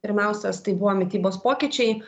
pirmiausias tai buvo mitybos pokyčiai